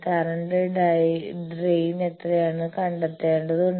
current drain എന്താണെന്നും കണ്ടെത്തേണ്ടതുണ്ട്